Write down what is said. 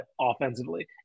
Offensively